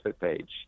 page